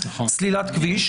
סלילת כביש.